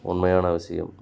உண்மையான விஷயம்